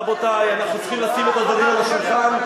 רבותי, אנחנו צריכים לשים את הדברים על השולחן.